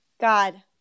God